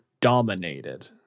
dominated